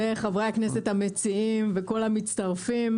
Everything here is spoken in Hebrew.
וכל המצטרפים,